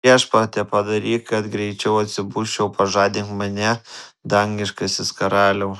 viešpatie padaryk kad greičiau atsibusčiau pažadink mane dangiškasis karaliau